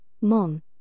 mom